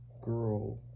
girl